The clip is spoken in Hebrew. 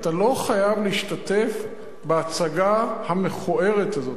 אתה לא חייב להשתתף בהצגה המכוערת הזאת.